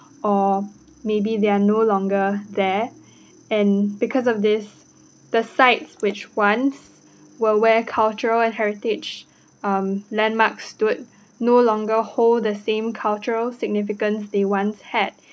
or maybe they are no longer there and because of this the sites which once were where cultural heritage um landmarks stood no longer hold the cultural significance they once had